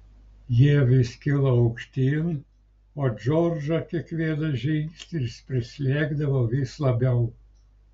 jie vis kilo aukštyn o džordžą kiekvienas žingsnis prislėgdavo vis labiau